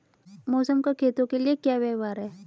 मौसम का खेतों के लिये क्या व्यवहार है?